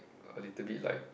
a little bit like